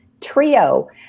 trio